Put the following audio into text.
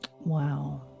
Wow